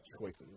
choices